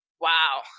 wow